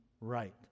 right